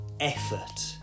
Effort